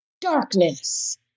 darkness